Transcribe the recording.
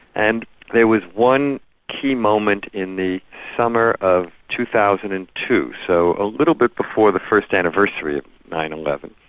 and there was one key moment in the summer of two thousand and two, so a little bit before the first anniversary of nine zero and